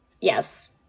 yes